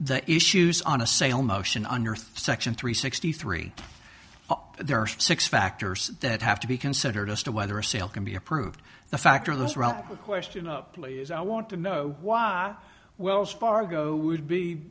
the issues on a sale motion on earth section three sixty three there are six factors that have to be considered as to whether a sale can be approved the factor of those around the question up please i want to know why wells fargo would be